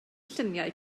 lluniau